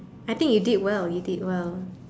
I think you did well you did well